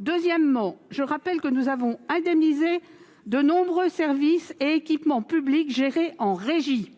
Deuxièmement, je rappelle que nous avons indemnisé de nombreux services et équipements publics gérés en régie-